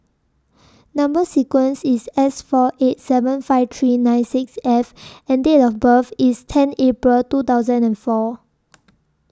Number sequence IS S four eight seven five three nine six F and Date of birth IS ten April two thousand and four